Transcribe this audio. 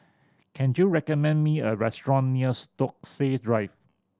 can you recommend me a restaurant near Stokesay Drive